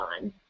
on